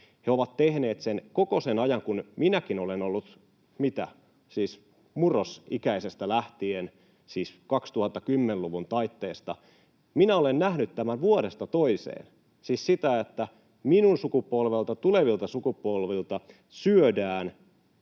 He ovat tehneet sitä koko sen ajan, kun minäkin olen ollut mukana — mitä, siis murrosikäisestä lähtien, siis 2010-luvun taitteesta. Minä olen nähnyt tämän vuodesta toiseen, siis sen, että minun sukupolveltani, tulevilta sukupolvilta, syödään